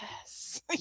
yes